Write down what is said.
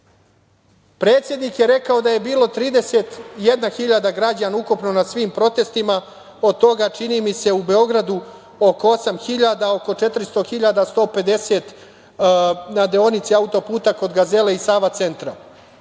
Predsednik je rekao da je bilo 31.000 građana ukupno na svim protestima, od toga, čini mi se u Beogradu oko 8.000, oko 4.150 na deonici autoputa kod Gazele i Sava Centra.